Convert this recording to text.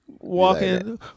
walking